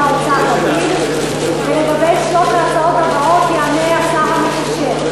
האוצר לפיד ועל שלוש ההצעות הבאות יענה השר המקשר.